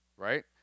Right